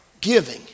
giving